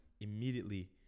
Immediately